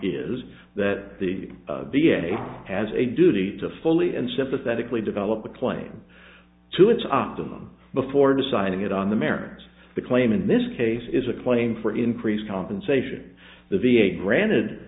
is that the v a has a duty to fully and sympathetically develop a claim to its optimum before deciding it on the merits of the claim in this case is a claim for increased compensation the v a granted